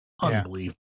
unbelievable